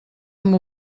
amb